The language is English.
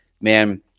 man